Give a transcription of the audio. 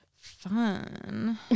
fun